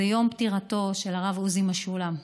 זה יום פטירתו של הרב עוזי משולם,